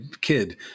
kid